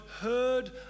heard